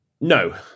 No